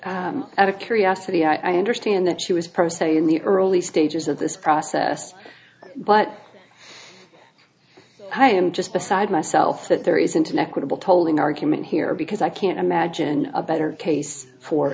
y out of curiosity i understand that she was personally in the early stages of this process but i am just beside myself that there isn't an equitable tolling argument here because i can't imagine a better case for